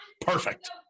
Perfect